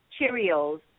Cheerios